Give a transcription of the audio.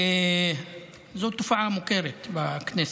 זאת תופעה מוכרת בכנסת.